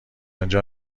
انجا